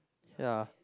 ya